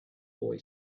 boy